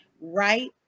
Right